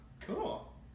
Cool